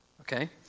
Okay